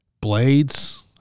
Blades